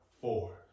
four